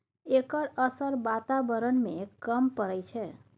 एकर असर बाताबरण में कम परय छै